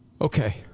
Okay